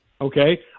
Okay